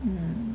mm